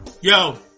Yo